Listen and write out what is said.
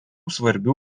svarbių